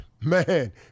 Man